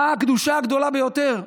מה הקדושה הגדולה ביותר?